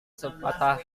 sepatah